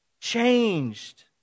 changed